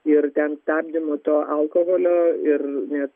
ir ten stabdymo to alkoholio ir nes